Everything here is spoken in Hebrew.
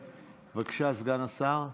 בבקשה, סגן השר.